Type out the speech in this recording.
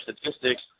statistics